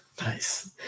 Nice